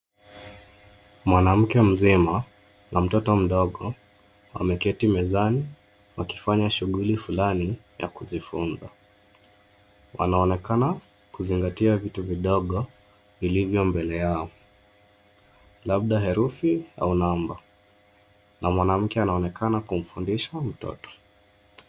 Mwanamke mzima na mtoto mdogo wameketi mezani wakifanya shughuli fulani ya kujifunza. Wanaonekana kuzingatia viti vidogo vilivyo mbele yao labda herufi au namba na mwanamke anaonekana kumfundisha mtoto.